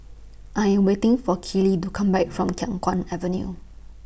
I Am waiting For Keeley to Come Back from Khiang Guan Avenue